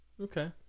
okay